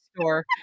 store